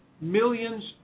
millions